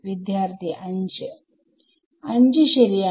വിദ്യാർത്ഥി 5 5 ശരിയാണ്